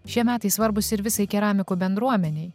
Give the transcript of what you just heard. šie metai svarbūs ir visai keramikų bendruomenei